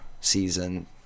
season